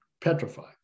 petrified